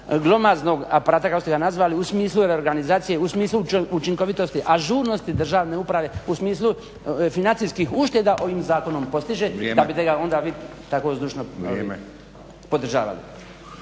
globaznog aparata kao što ste ga nazvali, u smislu reorganizacije, u smislu učinkovitosti, ažurnosti državne uprave, u smislu financijskih ušteda ovim zakonom postiže da bi te ga onda vi tako zdušno podržavali.